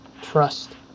Trust